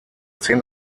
zehn